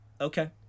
okay